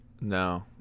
no